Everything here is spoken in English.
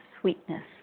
sweetness